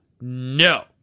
No